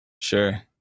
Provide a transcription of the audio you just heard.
Sure